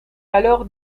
alors